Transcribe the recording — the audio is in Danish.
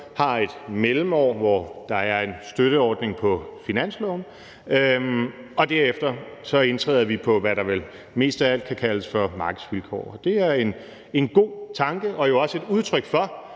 har et mellemår, hvor der er en støtteordning på finansloven, og derefter indtræder vi på, hvad der vel mest af alt kan kaldes markedsvilkår. Det er en god tanke og jo også et udtryk for,